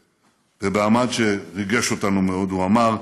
במעמד שריגש אותנו מאוד, אמר: